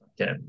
okay